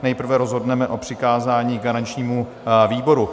Nejprve rozhodneme o přikázání garančnímu výboru.